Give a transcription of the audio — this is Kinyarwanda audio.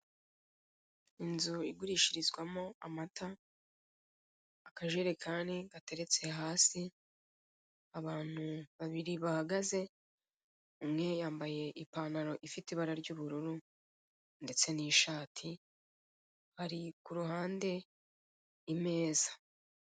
Inzu igurishirizwamo amata, akajerekani gateretse hasi, abantu babiri bahagaze umwe yambaye ipantaro ifite ibara ry'ubururu ndetse n'ishati, ari kuruhande imeza.